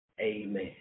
Amen